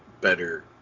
better